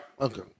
Okay